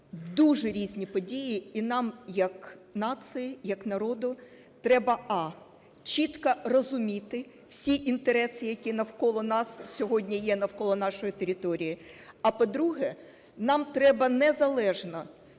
дуже різні події, і нам як нації, як народу треба: а) чітко розуміти всі інтереси, які навколо нас сьогодні є, навколо нашої території. А, по-друге, нам треба незалежно